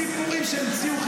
סיפורים שהמציאו,